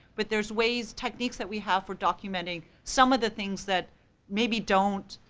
but there's ways, techniques that we have for documenting some of the things that maybe don't,